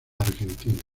argentina